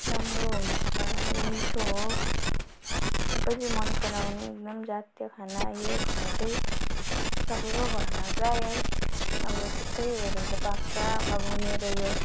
राम्रो हुन्छ राम्रो मिठो हो सबैले मन पराउने एकदम जातीय खाना यो खाना चाहिँ सबैको घरमा प्रायै अब त्यस्तैहरू हुँदा पाक्छ अब मेरो यो